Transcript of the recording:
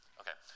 okay